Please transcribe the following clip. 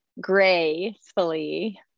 gracefully